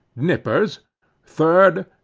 nippers third,